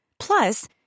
Plus